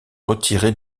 retirés